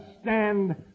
stand